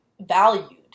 valued